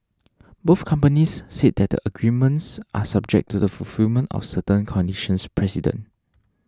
both companies said that the agreements are subject to the fulfilment of certain conditions precedent